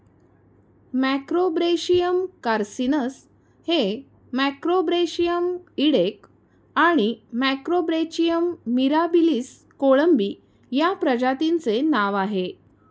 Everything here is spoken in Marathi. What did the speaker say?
मॅक्रोब्रेशियम कार्सिनस हे मॅक्रोब्रेशियम इडेक आणि मॅक्रोब्रॅचियम मिराबिलिस कोळंबी या प्रजातींचे नाव आहे